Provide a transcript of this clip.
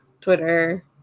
Twitter